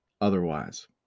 otherwise